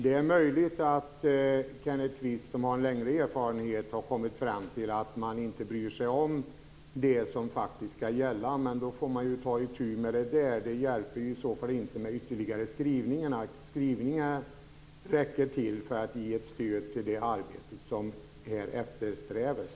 Det är möjligt att Kenneth Kvist, som har längre erfarenhet än jag, har kommit fram till att man inte bryr sig om det som faktiskt skall gälla. Men då får man ta itu med det i det sammanhanget. Det hjälper i så fall inte med ytterligare skrivningar. Skrivningarna räcker till för att ge stöd till det arbete som eftersträvas.